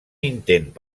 intent